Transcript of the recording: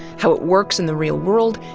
how it works in the real world,